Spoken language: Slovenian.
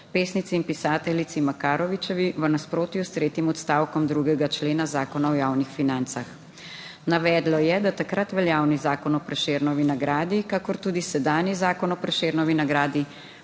pesnici in pisateljici Makarovičevi v nasprotju s tretjim odstavkom 2. člena Zakona o javnih financah. Navedla je, da takrat veljavni Zakon o Prešernovi nagradi, kakor tudi sedanji Zakon o Prešernovi nagradi,